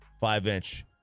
five-inch